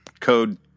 Code